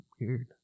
Weird